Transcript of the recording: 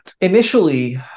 Initially